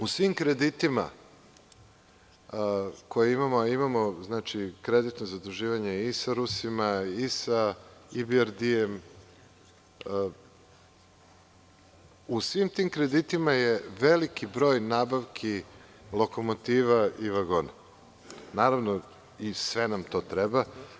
U svim kreditima koje imamo, a imamo kreditno zaduživanje i sa Rusima i sa EBRD, je veliki broj nabavki lokomotiva i vagona i, naravno, sve nam to treba.